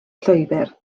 llwybr